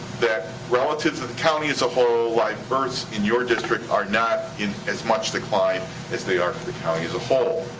that relative to the county as a whole, live births in your district are not in as much decline as they are for the county as a whole.